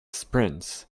sprints